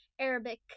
Arabic